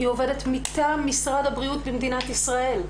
היא עובדת מטעם משרד הבריאות במדינת ישראל,